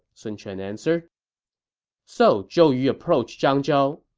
sun quan answered so zhou yu approached zhang zhao.